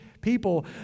people